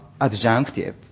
adjunctive